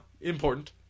important